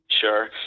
Sure